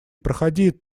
проходи